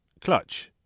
Clutch